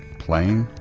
playing?